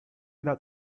that